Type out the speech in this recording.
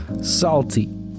Salty